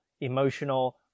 emotional